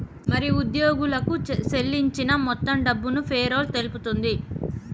మరి ఉద్యోగులకు సేల్లించిన మొత్తం డబ్బును పేరోల్ తెలుపుతుంది